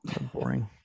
boring